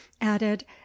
added